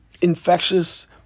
infectious